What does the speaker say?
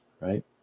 right